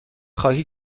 خواهی